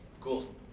Cool